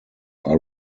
are